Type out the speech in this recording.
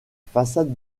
façade